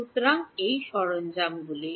সুতরাং এই সরঞ্জামগুলি